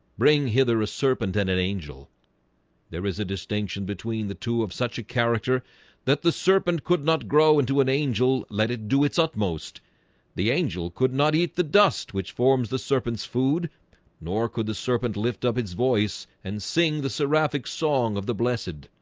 bring hither a serpent and an angel there is a distinction between the two of such a character that the serpent could not grow into an angel. let it do its utmost the angel could not eat the dust which forms the serpent's food nor could the serpent lift up his voice and sing the seraphic song of the blessed